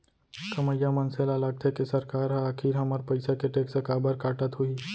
कमइया मनसे ल लागथे के सरकार ह आखिर हमर पइसा के टेक्स काबर काटत होही